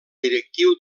directiu